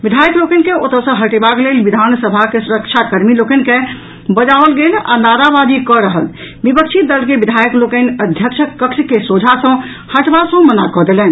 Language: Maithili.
विधायक लोकनि के ओतऽ सॅ हटेबाक लेल विधान सभाक सुरक्षा कर्मी लोकनि के बजाओल गेल आ नाराबाजी कऽ रहल विपक्षी दल विधायक लोकनि अध्यक्ष के कक्ष के सोझा सॅ हटबा सॅ मना कऽ देलनि